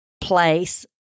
place